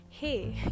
Hey